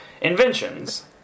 inventions